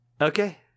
Okay